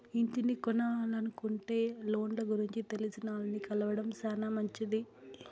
ఇంటిని కొనలనుకుంటే లోన్ల గురించి తెలిసినాల్ని కలవడం శానా మంచిది